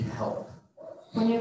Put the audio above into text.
help